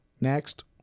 Next